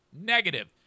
negative